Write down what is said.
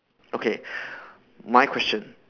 okay my question